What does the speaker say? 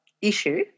issue